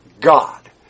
God